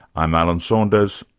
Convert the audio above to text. i'm alan saunders,